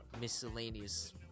Miscellaneous